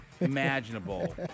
imaginable